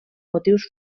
motius